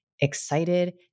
excited